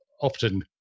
often